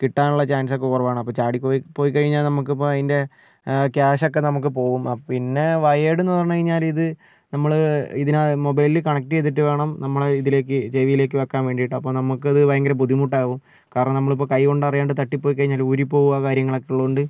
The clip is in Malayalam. കിട്ടാനുള്ള ചാൻസ് ഒക്കെ കുറവാണ് അപ്പം ചാടി പോയി പൊയിക്കഴിഞ്ഞാൽ നമുക്ക് ഇപ്പോൾ അതിന്റെ ക്യാഷ് ഒക്കെ നമുക്ക് പോകും അപ്പം പിന്നെ വയേർഡ് എന്ന് പറഞ്ഞ് കഴിഞ്ഞാൽ ഇത് നമ്മൾ ഇതിനെ മൊബൈലിൽ കണക്റ്റ് ചെയ്തിട്ട് വേണം നമ്മളെ ഇതിലേക്ക് ചെവിയിലേക്ക് വയ്ക്കാൻ വേണ്ടിയിട്ട് അപ്പോൾ നമുക്ക് അത് ഭയങ്കര ബുദ്ധിമുട്ടാകും കാരണം നമ്മളിപ്പോൾ കൈ കൊണ്ട് അറിയാണ്ട് തട്ടി പോയി കഴിഞ്ഞാൽ ഊരി പോകുവോ കാര്യങ്ങളൊക്കെ ഉള്ളത് കൊണ്ട്